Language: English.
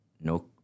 no